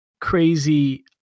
crazy